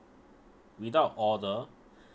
without order